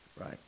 Right